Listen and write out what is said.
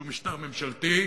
שהוא משטר ממשלתי,